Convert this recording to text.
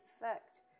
effect